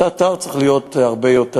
וזה אתר שצריך להיות הרבה יותר,